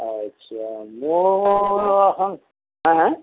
আচ্ছা মোৰ এখন হা হা